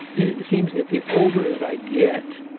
it seems that the older that i get,